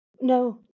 No